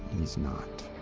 he's not.